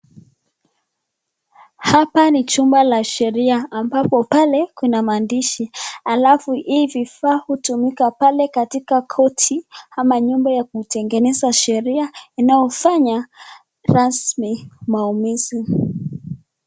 Hapa ni chumba la sheria ambapo pale kuna maandishi alafu hii vifaa hutumika pale katika korti ama nyumba ya kutengeneza sheria inayofanya rasmi maamuzi.